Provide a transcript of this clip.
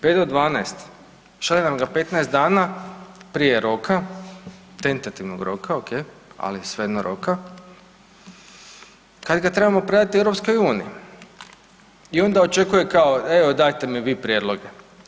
Peto do dvanaest, šalje nam ga 15 dana prije roka tentativnog roka ok, ali svejedno roka kad ga trebamo predati EU i onda očekuje kao evo dajte mi vi prijedloge.